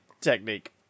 technique